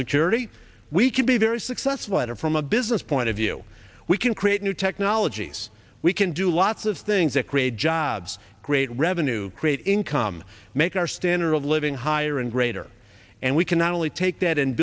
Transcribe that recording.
security we can be very successful at it from a business point of view we can create new technologies we can do lots of things that create jobs great revenue create income make our standard of living higher and greater and we can not only take that and